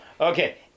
Okay